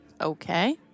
Okay